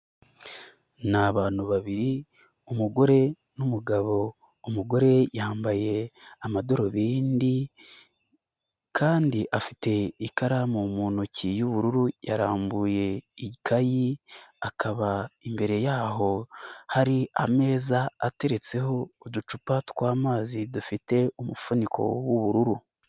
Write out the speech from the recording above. Ni abantu babiri umugore n'umugabo, umugore yambaye amadarubindi kandi afite ikaramu mu ntoki y'ubururu, yarambuye ikayi akaba imbere yaho hari ameza ateretseho uducupa tw'amazi dufite umufuniko w'ubururu.